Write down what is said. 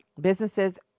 Businesses